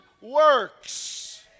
works